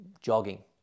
jogging